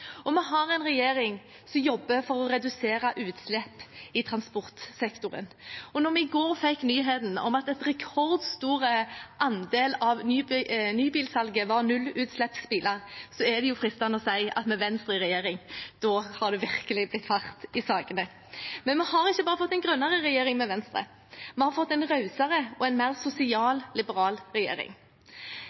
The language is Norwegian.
Og vi har en regjering som jobber for å redusere utslipp i transportsektoren. Og når vi i går fikk nyheten om at en rekordstor andel av nybilsalget var nullutslippsbiler, er det fristende å si at med Venstre i regjering har det virkelig blitt fart i sakene. Men vi har ikke bare fått en grønnere regjering med Venstre. Vi har fått en rausere og en mer sosialliberal regjering. Regjeringen gjennomfører nå en sosial